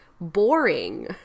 boring